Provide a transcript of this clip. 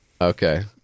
Okay